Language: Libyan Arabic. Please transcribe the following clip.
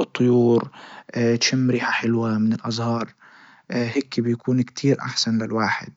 الطيور تشم ريحة حلوة من الازهار هيكي بيكون كتير احسن للواحد.